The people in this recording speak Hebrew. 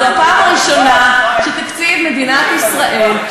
זו הפעם הראשונה שתקציב מדינת ישראל,